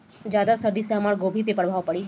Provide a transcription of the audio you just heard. ज्यादा सर्दी से हमार गोभी पे का प्रभाव पड़ी?